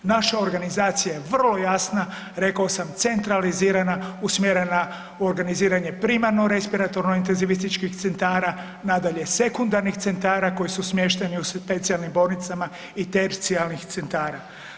Naša organizacija je vrlo jasna, rekao sam centralizirana, usmjerena u organiziranje primarno respiratorno-intenzivističkih centara, nadalje sekundarnih centara koji su smješteni u specijalnim bolnicama i tercijarnih centara.